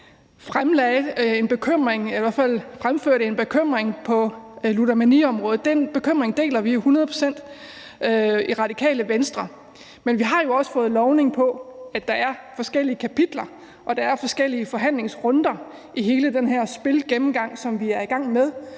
for en bekymring angående ludomaniområdet. Den bekymring deler vi hundrede procent i Radikale Venstre. Men vi har jo også fået lovning på, at der er forskellige kapitler, og at der er forskellige forhandlingsrunder i hele den her spilgennemgang, som vi er i gang med,